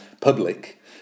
public